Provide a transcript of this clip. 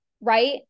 right